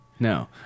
No